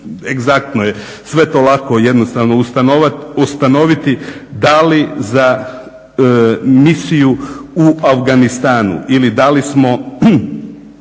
egzaktno je sve je to lako i jednostavno ustanoviti da li za Misiju u Afganistanu ili da smo